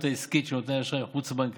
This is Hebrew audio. העסקית של נותני האשראי החוץ-בנקאיים,